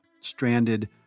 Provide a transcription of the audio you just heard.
stranded